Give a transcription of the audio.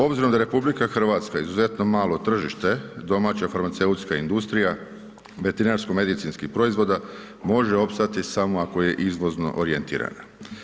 Obzirom da RH izuzetno malo tržište, domaća farmaceutska industrija veterinarsko-medicinskih proizvoda, može opstati samo ako je izvozno orijentirana.